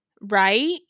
Right